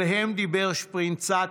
שעליהם דיבר שפרינצק,